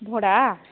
ଭଡ଼ା